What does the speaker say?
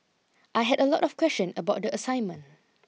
I had a lot of question about the assignment